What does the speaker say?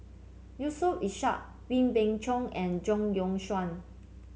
Yusof Ishak Wee Beng Chong and Zhang Youshuo